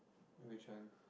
which one